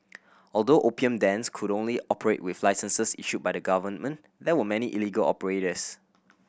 although opium dens could only operate with licenses issued by the government there were many illegal operators